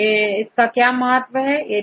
इसका का क्या महत्व है